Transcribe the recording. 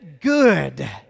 good